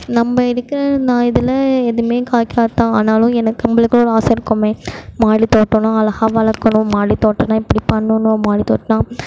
நம்ம இருக்கிற நான் இதில் எதுவும் காய்க்காது தான் ஆனாலும் எனக்கு நம்மளுக்குனு ஒரு ஆசை இருக்கும் மாடி தோட்டலாம் அழகாக வளர்க்கணும் மாடி தோட்டனா இப்படி பண்ணணும் மாடி தோட்டனா